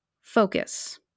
Focus